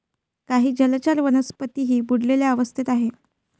काही जलचर वनस्पतीही बुडलेल्या अवस्थेत आहेत